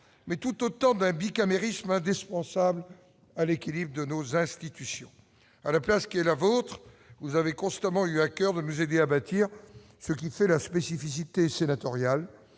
mais tout autant d'un bicamérisme, indispensable à l'équilibre de nos institutions, à la place qui est la vôtre, vous avez constamment eu à coeur de musée à bâtir ce qui fait la spécificité sénatoriale